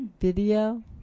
video